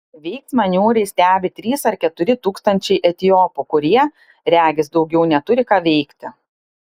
veiksmą niūriai stebi trys ar keturi tūkstančiai etiopų kurie regis daugiau neturi ką veikti